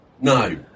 No